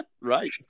Right